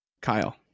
Kyle